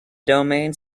domain